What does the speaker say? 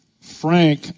frank